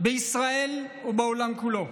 בישראל ובעולם כולו,